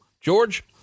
George